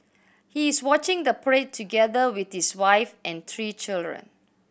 he is watching the parade together with his wife and three children